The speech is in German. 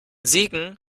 siegen